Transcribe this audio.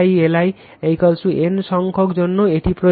Li N সংখ্যার জন্যও এটি প্রয়োজন